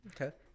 Okay